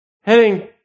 heading